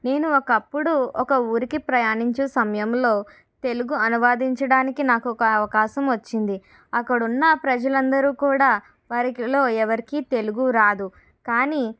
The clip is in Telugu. నేను ఒకప్పుడు ఒక ఊరికి ప్రయాణించే సమయంలో తెలుగు అనువాదించడానికి నాకు ఒక అవకాశం వచ్చింది అక్కడున్న ప్రజలు అందరూ కూడా వారిలో ఎవరికి తెలుగు రాదు కానీ